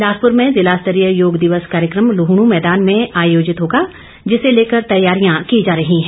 बिलासपुर में जिला स्तरीय योग दिवस कार्यक्रम लुहणू मैदान में आयोजित होगा जिसे लेकर तैयारियां की जा रही हैं